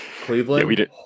Cleveland